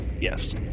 Yes